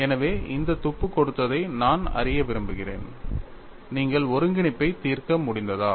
எனவே இந்த துப்பு கொடுத்ததை நான் அறிய விரும்புகிறேன் நீங்கள் ஒருங்கிணைப்பை தீர்க்க முடிந்ததா